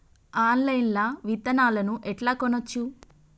Online లా విత్తనాలను ఎట్లా కొనచ్చు?